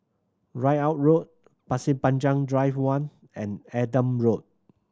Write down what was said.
Ridout Road Pasir Panjang Drive One and Adam Road